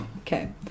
Okay